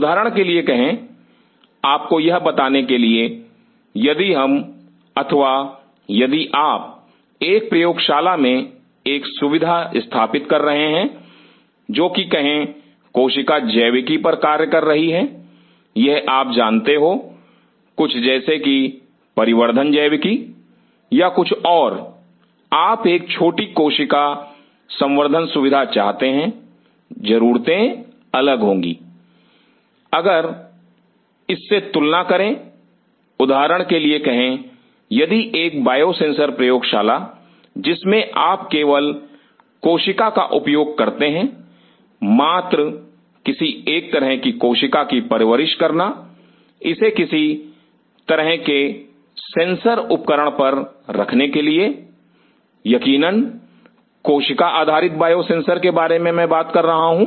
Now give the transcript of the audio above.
उदाहरण के लिए कहें आपको यह बताने के लिए यदि हम अथवा यदि आप एक प्रयोगशाला में एक सुविधा स्थापित कर रहे हैं जो कि कहें कोशिका जैविकी पर कार्य कर रही है यह आप जानते हो कुछ जैसे कि परिवर्धन जैविकी या कुछ और आप एक छोटी कोशिका संवर्धन सुविधा चाहते हैं जरूरतें अलग होंगी अगर इससे तुलना करें उदाहरण के लिए कहे यदि एक बायोसेंसर प्रयोगशाला जिसमें आप केवल कोशिका का उपयोग करते हैं मात्र किसी एक तरह की कोशिका की परवरिश करना इसे किसी तरह के सेंसर उपकरण पर रखने के लिए यकीनन कोशिका आधारित बायोसेंसर के बारे में मैं बात कर रहा हूं